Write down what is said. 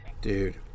Dude